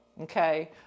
okay